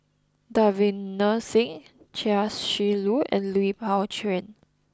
Davinder Singh Chia Shi Lu and Lui Pao Chuen